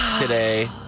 today